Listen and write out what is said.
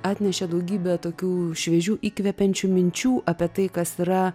atnešė daugybę tokių šviežių įkvepiančių minčių apie tai kas yra